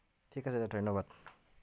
ঠিক আছে ধন্যবাদ